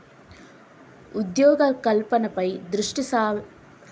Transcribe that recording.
ఉద్యోగ కల్పనపై దృష్టి సారించి ఎంట్రప్రెన్యూర్షిప్ ప్రోత్సహించాలనే స్టాండప్ ఇండియా స్కీమ్ లక్ష్యం